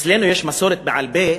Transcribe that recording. אצלנו יש מסורת בעל-פה,